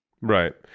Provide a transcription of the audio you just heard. Right